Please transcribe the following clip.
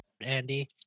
Andy